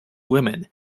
women